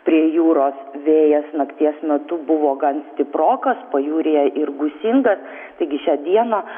prie jūros vėjas nakties metu buvo gan stiprokas pajūryje ir gūsingas taigi šią dieną